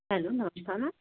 hello नमस्कार